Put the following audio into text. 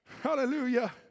Hallelujah